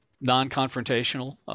non-confrontational